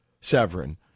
Severin